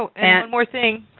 ah and more thing!